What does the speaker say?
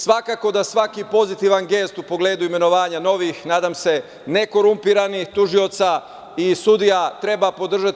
Svakako da svaki pozitivan gest u pogledu imenovanja novih nadam se, nekorumpiranih tužioca i sudija, treba podržati.